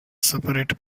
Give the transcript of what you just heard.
separate